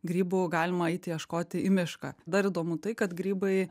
grybų galima eiti ieškoti į mišką dar įdomu tai kad grybai